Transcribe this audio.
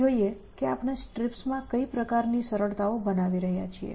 ચાલો જોઈએ કે આપણે STRIPS માં કઈ પ્રકારની સરળતાઓ બનાવી રહ્યા છીએ